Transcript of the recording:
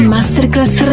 Masterclass